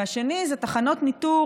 השני זה תחנות ניטור,